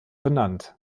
benannt